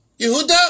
Yehuda